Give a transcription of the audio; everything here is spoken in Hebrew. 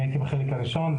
הייתי בחלק הראשון,